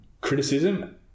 criticism